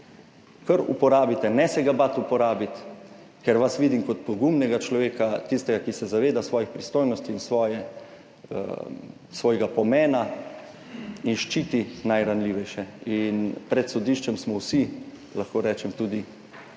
ta instrument, ne se ga bati uporabiti, ker vas vidim kot pogumnega človeka, tistega, ki se zaveda svojih pristojnosti in svojega pomena in ščiti najranljivejše in pred sodiščem smo vsi, lahko rečem, tudi bolj